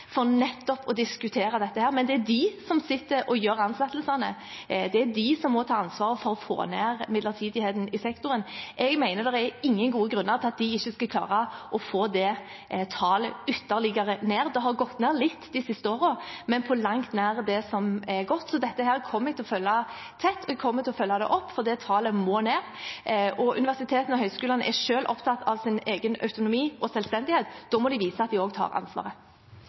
for nettopp å diskutere dette. Men det er de som sitter og gjør ansettelsene, det er de som må ta ansvaret for å få ned midlertidigheten i sektoren. Jeg mener at det er ingen gode grunner til at de ikke skal klare å få det tallet ytterligere ned. Det har gått ned litt de siste årene, men det er på langt nær godt nok. Så dette kommer jeg til å følge tett, og jeg kommer til å følge det opp, for det tallet må ned. Universitetene og høyskolene er selv opptatt av sin egen autonomi og selvstendighet. Da må de vise at de også tar ansvaret.